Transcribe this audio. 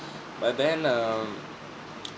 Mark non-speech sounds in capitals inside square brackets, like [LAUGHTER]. but then um [NOISE]